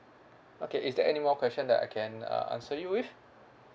okay is there anymore question that I can uh answer you with